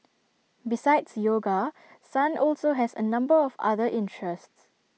besides yoga sun also has A number of other interests